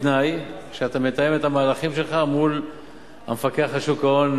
בתנאי שאתה מתאם את המהלכים שלך מול המפקח על שוק ההון,